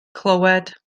clywed